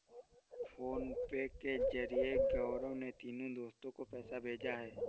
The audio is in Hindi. फोनपे के जरिए गौरव ने तीनों दोस्तो को पैसा भेजा है